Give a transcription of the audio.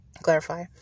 clarify